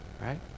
right